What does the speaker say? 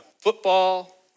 football